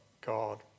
God